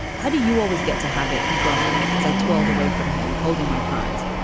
why do you always get to have it? he grumbled as i twirled away from him holding my prize.